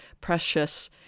precious